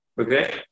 Okay